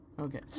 okay